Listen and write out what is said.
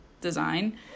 design